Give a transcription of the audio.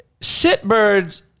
shitbirds